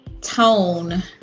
Tone